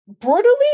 brutally